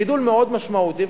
גידול מאוד משמעותי.